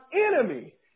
enemy